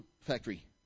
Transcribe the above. factory